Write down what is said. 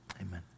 amen